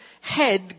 head